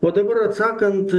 o dabar atsakant